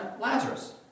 Lazarus